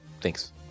thanks